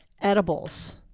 edibles